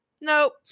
Nope